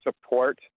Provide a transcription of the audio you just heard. support